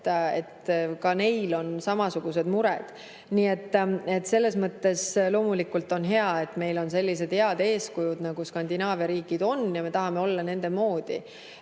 ka neil on samasugused mured. Nii et selles mõttes on loomulikult hea, et meil on sellised head eeskujud nagu Skandinaavia riigid ja me tahame olla nende moodi.